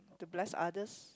to bless others